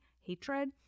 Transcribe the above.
hatred